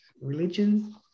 religion